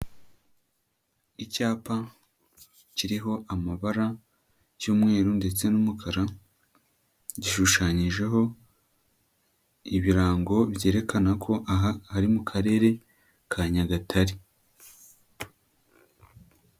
Icyapa kiriho amabara cy'umweru ndetse n'umukara gishushanyijeho ibirango byerekana ko aha ari mu karere ka Nyagatare.